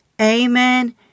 Amen